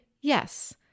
Yes